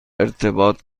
ارتباط